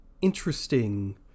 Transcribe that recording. interesting